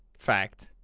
fact?